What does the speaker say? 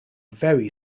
very